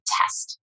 test